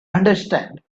understand